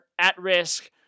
at-risk